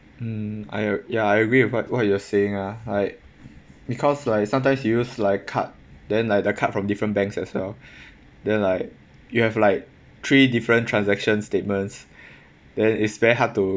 mm I a~ ya I agree with what what you're saying ah like because like sometimes you use like card then like the card from different banks as well then like you have like three different transaction statements then it's very hard to